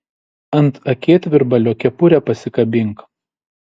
ant akėtvirbalio kepurę pasikabink